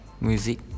music